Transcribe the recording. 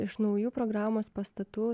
iš naujų programos pastatų